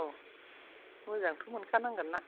औ मोजांथ' मोनखा नांगोनना